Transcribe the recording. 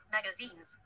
Magazines